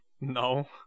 No